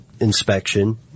inspection